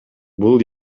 бул